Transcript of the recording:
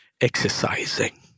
exercising